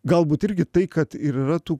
galbūt irgi tai kad ir yra tų